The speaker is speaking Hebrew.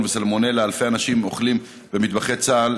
וסלמונלה: אלפי אנשים אוכלים במטבחי צה"ל.